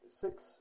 six